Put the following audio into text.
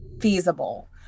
feasible